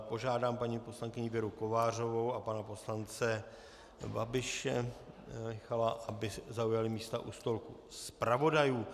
Požádám paní poslankyni Věru Kovářovou a pana poslance Babiše Miloše, aby zaujali místa u stolku zpravodajů.